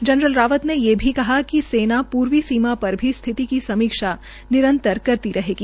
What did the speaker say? general Rawat ने ये भी कहा कि सेना पूवी सीमा पर भी स्थिति की समीक्षा निरंतर करती रहेगी